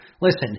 Listen